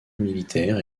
militaire